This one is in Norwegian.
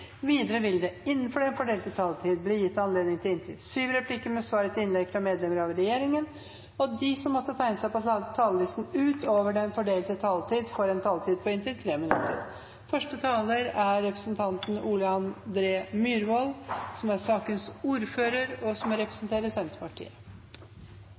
Videre vil det – innenfor den fordelte taletid – bli gitt anledning til inntil tre replikker med svar etter innlegg fra medlemmer av regjeringen, og de som måtte tegne seg på talerlisten utover den fordelte taletid, får også en taletid på inntil 3 minutter. Jeg vil holde et innlegg både som sakens ordfører og